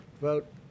vote